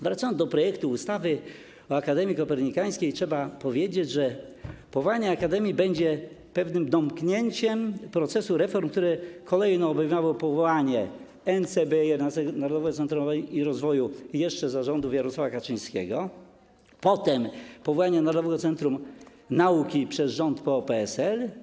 Wracając do projektu ustawy o Akademii Kopernikańskiej, trzeba powiedzieć, że powołanie akademii będzie pewnym domknięciem procesu reform, który kolejno obejmował powołanie NCBiR, tj. Narodowego Centrum Badań i Rozwoju, jeszcze za rządów Jarosława Kaczyńskiego, potem powołanie Narodowego Centrum Nauki przez rząd PO-PSL.